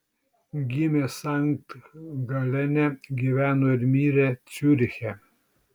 gimė sankt galene gyveno ir mirė ciuriche